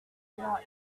north